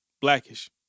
blackish